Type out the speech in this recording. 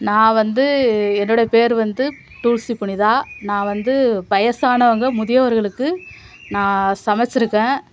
நான் வந்து என்னுடைய பேர் வந்து டூல்சி புனிதா நான் வந்து வயசானவங்க முதியோர்களுக்கு நான் சமைச்சுருக்கேன்